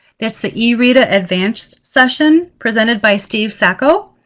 that's the ereta advanced session, presented by steve sacco.